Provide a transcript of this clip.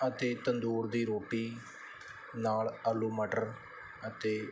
ਅਤੇ ਤੰਦੂਰ ਦੀ ਰੋਟੀ ਨਾਲ ਆਲੂ ਮਟਰ ਅਤੇ